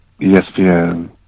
ESPN